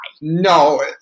No